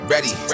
Ready